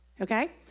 okay